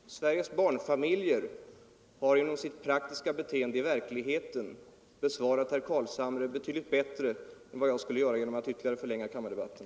Fru talman! Sveriges barnfamiljer har genom sitt handlande i verkligheten svarat herr Carlshamre betydligt bättre än vad jag skulle kunna göra genom att ytterligare förlänga kammardebatten.